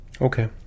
Okay